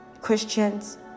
Christians